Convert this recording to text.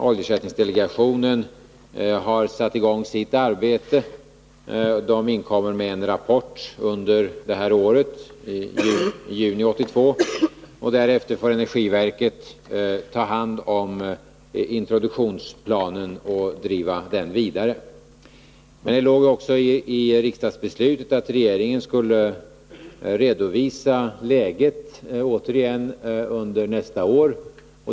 Oljeersättningsdelegationen har satt i gång sitt arbete och inkommer med en rapport i juni 1982. och därefter får energiverket ta hand om introduktionsplanen och driva den vidare. Men det låg också i riksdagsbeslutet att regeringen återigen skulle redovisa läget under nästa år.